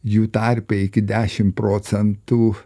jų tarpe iki dešimt procentų